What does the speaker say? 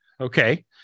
Okay